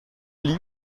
lit